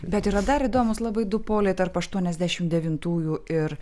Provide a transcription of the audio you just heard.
bet yra dar įdomūs labai du poliai tarp aštuoniasdešim devintųjų ir